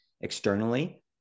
externally